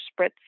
spritz